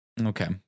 Okay